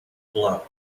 blow